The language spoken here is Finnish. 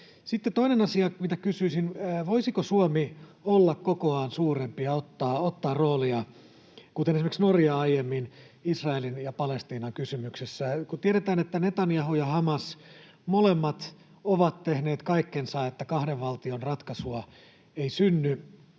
toinen asia, mitä kysyisin: voisiko Suomi olla kokoaan suurempi ja ottaa roolia, kuten esimerkiksi Norja aiemmin Israelin ja Palestiinan kysymyksessä? Kun tiedetään, että Netanjahu ja Hamas ovat molemmat tehneet kaikkensa, että kahden valtion ratkaisua ei synny,